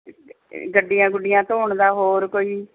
ਗੱਡੀਆਂ ਗੁੱਡੀਆਂ ਧੋਣ ਦਾ ਹੋਰ ਕੋਈ